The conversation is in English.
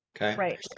right